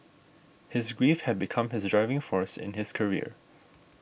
his grief had become his driving force in his career